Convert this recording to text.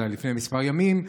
זה היה לפני כמה ימים,